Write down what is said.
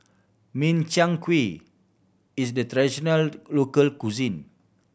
Min Chiang Kueh is the traditional local cuisine